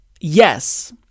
Yes